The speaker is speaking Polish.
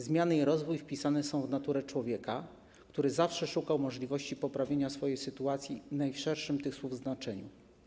Zmiany i rozwój wpisane są w naturę człowieka, który zawsze szukał możliwości poprawienia swojej sytuacji w najszerszym tych słów znaczeniu.